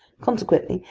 consequently,